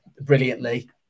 brilliantly